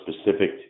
specific